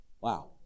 Wow